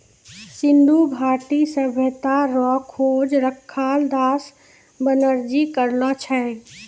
सिन्धु घाटी सभ्यता रो खोज रखालदास बनरजी करलो छै